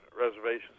reservations